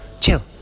chill